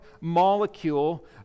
molecule